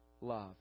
love